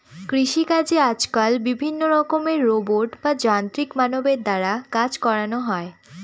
কৃষিকাজে আজকাল বিভিন্ন রকমের রোবট বা যান্ত্রিক মানবের দ্বারা কাজ করানো হয়